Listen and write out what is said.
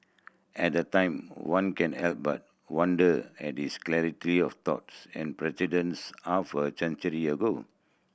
at a time one can help but wonder at his clarity of thoughts and presidents half a century ago